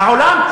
העולם?